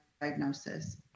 diagnosis